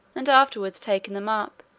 and afterwards taking them up,